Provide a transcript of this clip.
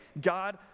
God